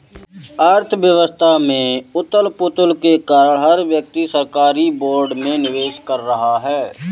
अर्थव्यवस्था में उथल पुथल के कारण हर व्यक्ति सरकारी बोर्ड में निवेश कर रहा है